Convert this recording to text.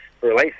release